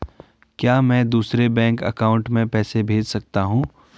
क्या मैं दूसरे बैंक अकाउंट में पैसे भेज सकता हूँ?